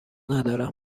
ندارم